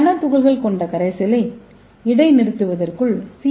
நானோ துகள்கள் கொண்ட கரைசலை இடைநிறுத்துவதற்குள் சி